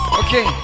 okay